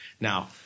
Now